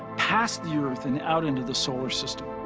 past the earth and out into the solar system.